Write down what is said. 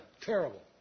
terrible